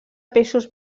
peixos